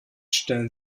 stellen